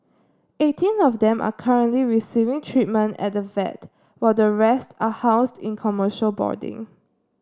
eighteen of them are currently receiving treatment at the vet while the rest are housed in commercial boarding